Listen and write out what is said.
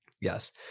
yes